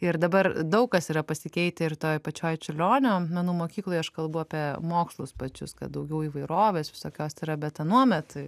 ir dabar daug kas yra pasikeitę ir toj pačioj čiurlionio menų mokykloje aš kalbu apie mokslus pačius kad daugiau įvairovės visokios tai yra bet anuomet